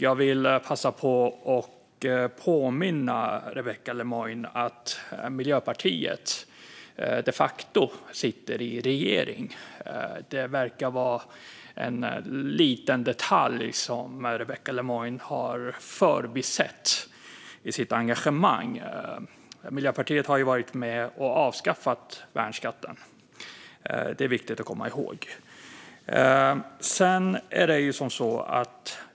Jag vill passa på att påminna Rebecka Le Moine om att Miljöpartiet de facto sitter i regeringen. Det verkar vara en liten detalj som Rebecka Le Moine har förbisett i sitt engagemang. Miljöpartiet har varit med och avskaffat värnskatten. Det är viktigt att komma ihåg.